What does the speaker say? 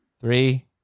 Three